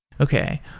Okay